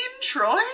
Troy